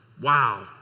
Wow